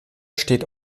steht